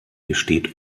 gesteht